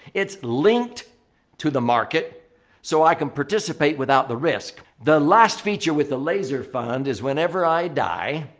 it's linked to the market so i can participate without the risk. the last feature with the laser fund is whenever i die,